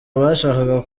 bashakaga